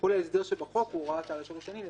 כל ההסדר שבחוק הוא הוראת שעה לשלוש שנים,